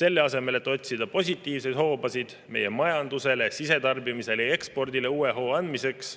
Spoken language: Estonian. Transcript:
Selle asemel, et otsida positiivseid hoobasid meie majandusele, sisetarbimisele ja ekspordile uue hoo andmiseks